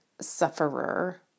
sufferer